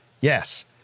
Yes